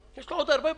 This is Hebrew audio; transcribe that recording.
יש לו עוד הרבה בעיות.